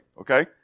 okay